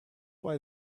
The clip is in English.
why